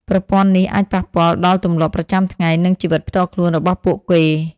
ប្រព័ន្ធនេះអាចប៉ះពាល់ដល់ទម្លាប់ប្រចាំថ្ងៃ និងជីវិតផ្ទាល់ខ្លួនរបស់ពួកគេ។